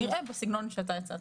כנראה משהו בסגנון שאתה הצעת.